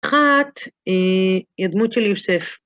‫אחת, הדמות של יוסף.